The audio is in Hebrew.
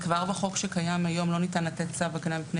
כבר בחוק שקיים היום לא ניתן לתת צו הגנה מפני